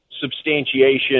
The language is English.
substantiation